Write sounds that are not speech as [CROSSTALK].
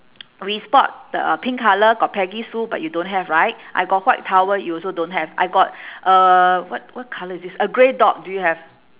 [NOISE] we spot the pink colour got peggy sue but you don't have right I got white towel you also don't have I got uh what what colour is this a grey dot you have